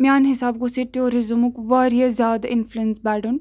میانہِ حِسابہٕ گوٚژھ ییٚتہِ ٹوٗرِزِمُک واریاہ زیادٕ اِنفٕلنس بَڑُن